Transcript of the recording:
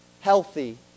healthy